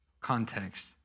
context